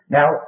Now